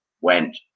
went